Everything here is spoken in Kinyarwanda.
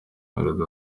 melody